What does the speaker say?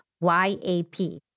Y-A-P